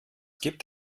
gibt